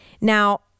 Now